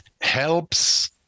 helps